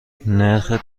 نرخ